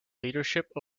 leadership